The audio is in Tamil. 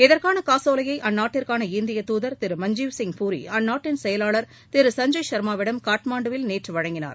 இதற்கான காசோலையை அந்நாட்டுக்கான இந்திய தூதர் திரு மஞ்சீவ் சிங் பூரி அந்நாட்டின் செயலாளர் திரு சஞ்சய் சர்மாவிடம் காட்மாண்டுவில் நேற்று வழங்கினார்